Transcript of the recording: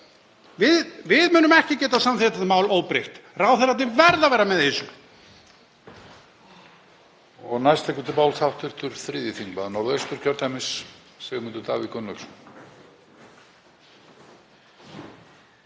Við munum ekki geta samþykkt þetta mál óbreytt. Ráðherrarnir verða að vera með í þessu.